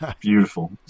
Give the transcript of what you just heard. Beautiful